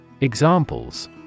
Examples